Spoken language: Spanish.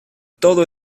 todo